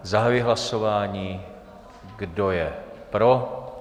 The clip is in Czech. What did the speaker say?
Zahajuji hlasování, kdo je pro?